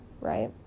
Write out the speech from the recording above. right